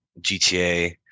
GTA